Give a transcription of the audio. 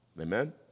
Amen